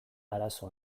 arazo